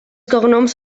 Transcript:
cognoms